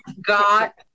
got